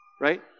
right